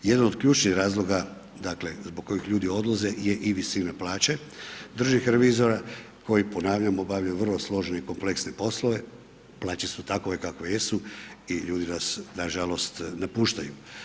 Jedan od ključnih razloga dakle, zbog kojih ljudi odlaze je i visina plaće državnih revizora, koji ponavljam obavljaju vrlo složene i kompleksne poslove, plaće su takve kakve jesu i ljudi nas nažalost napuštaju.